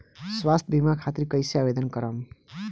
स्वास्थ्य बीमा खातिर कईसे आवेदन करम?